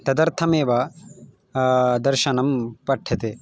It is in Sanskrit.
तदर्थमेव दर्शनं पठ्यते